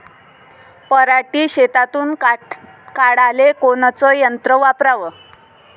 पराटी शेतातुन काढाले कोनचं यंत्र वापराव?